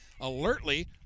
alertly